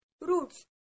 Roots